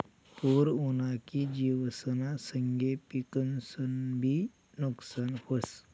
पूर उना की जिवसना संगे पिकंसनंबी नुकसान व्हस